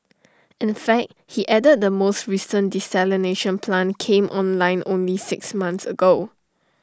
in fact he added the most recent desalination plant came online only six months ago